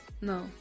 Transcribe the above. No